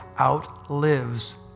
outlives